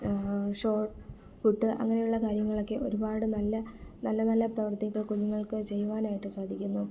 shot put അങ്ങനെയുള്ള കാര്യങ്ങളക്കെ ഒരുപാട് നല്ല നല്ല പ്രവർത്തികൾ കുഞ്ഞുങ്ങൾക്ക് ചെയ്യുവാനായിട്ട് സാധിക്കുന്നു